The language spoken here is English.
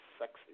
sexy